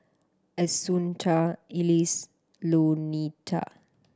Assunta Ellis Louetta